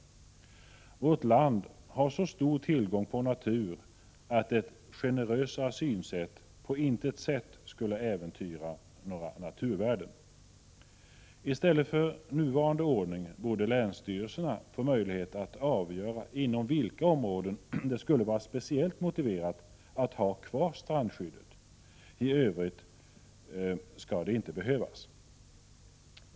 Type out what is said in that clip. Vårt land har så pass stora naturtillgångar att ett generösare synsätt inte skulle kunna äventyra några naturvärden. I stället för den nuvarande ordningen borde länsstyrelserna få möjlighet att avgöra inom vilka områden det är speciellt motiverat att ha kvar strandskyddet. I övrigt skulle det inte behövas.